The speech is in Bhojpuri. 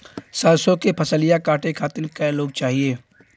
सरसो के फसलिया कांटे खातिन क लोग चाहिए?